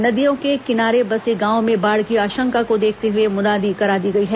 नदियों के किनारे बसे गांवों में बाढ़ की आशंका को देखते हुए मुनादी करा दी गई है